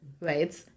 right